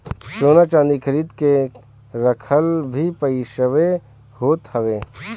सोना चांदी खरीद के रखल भी पईसवे होत हवे